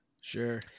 Sure